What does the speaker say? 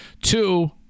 Two